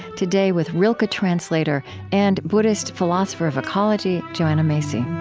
today, with rilke translator and buddhist philosopher of ecology joanna macy